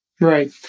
Right